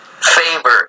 favor